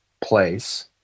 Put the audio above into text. place